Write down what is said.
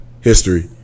History